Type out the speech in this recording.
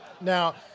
Now